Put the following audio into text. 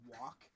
walk